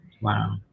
Wow